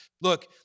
look